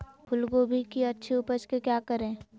फूलगोभी की अच्छी उपज के क्या करे?